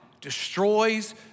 destroys